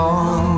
on